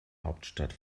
hauptstadt